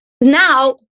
now